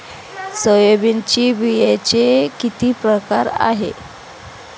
सोयाबीनच्या बियांचे किती प्रकार आहेत?